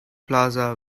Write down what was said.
plaza